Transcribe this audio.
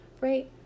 right